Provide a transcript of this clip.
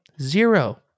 Zero